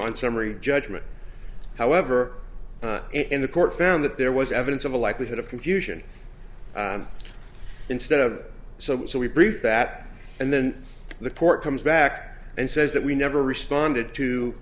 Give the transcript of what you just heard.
summary judgment however in the court found that there was evidence of a likelihood of confusion instead of so so we brief that and then the court comes back and says that we never responded to